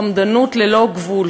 חמדנות ללא גבול,